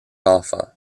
enfants